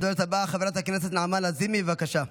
הדוברת הבאה, חברת הכנסת נעמה לזימי, בבקשה.